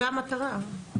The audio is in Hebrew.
היו"ר מירב בן ארי (יו"ר ועדת ביטחון הפנים): זו המטרה.